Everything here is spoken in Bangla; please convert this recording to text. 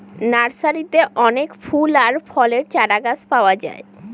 নার্সারিতে অনেক ফুল আর ফলের চারাগাছ পাওয়া যায়